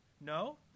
No